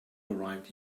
arrived